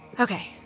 Okay